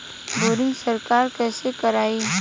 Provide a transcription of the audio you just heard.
Boring सरकार कईसे करायी?